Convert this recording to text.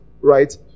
right